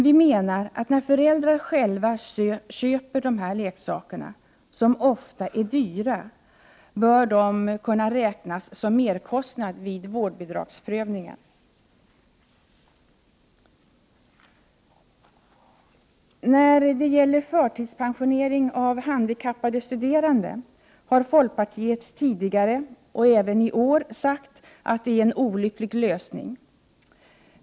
Vi menar att när föräldrar själva köper dessa leksaker, som ofta är dyra, bör de kunna räknas som merkostnad vid vårdbidragsprövningen. Förtidspensionering av handikappade studerande har folkpartiet tidigare och även i år sagt är en olycklig lösning.